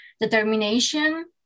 determination